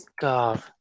god